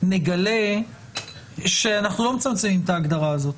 נגלה שאנחנו לא מצמצמים את ההגדרה הזאת,